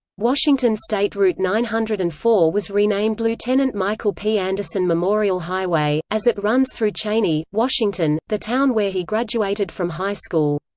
washington state route nine hundred and four was renamed lt. and michael p. anderson memorial highway, as it runs through cheney, washington, the town where he graduated from high school.